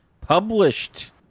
published